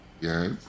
Yes